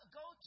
go